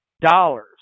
dollars